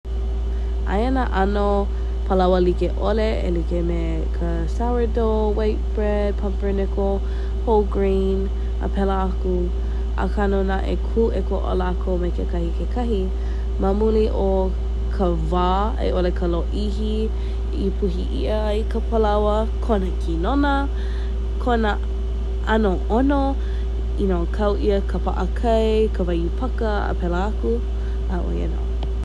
Aia nā ano palaoa likeʻole e like me ka sour dough, white bread, pumpernickle, whole grain, a pēlā aku a ka no naʻe e kū e ko o lākou i kekahi kekahi ma muli o ka wā aiʻole ka lōʻihi ipuhi ia ai ka palaoa kona kinona, kona ʻano ʻono, i no kau ʻia ka paʻakai, ka waiūpaka, a pēlā aku a oia nō.